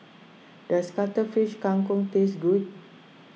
does Cuttlefish Kang Kong taste good